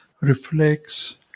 reflects